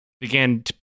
began